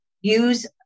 Use